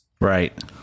Right